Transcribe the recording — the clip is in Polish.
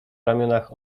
ramionach